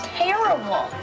terrible